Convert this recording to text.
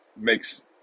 makes